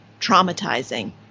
traumatizing